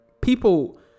people